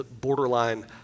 borderline